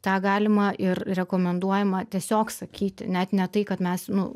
tą galima ir rekomenduojama tiesiog sakyti net ne tai kad mes nu